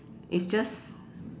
it's just